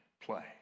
play